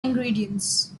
ingredients